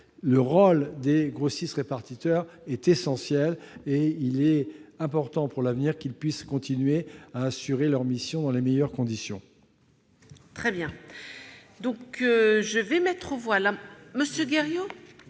le rôle des grossistes-répartiteurs est essentiel. Il importe qu'ils puissent continuer à assurer leur mission dans les meilleures conditions.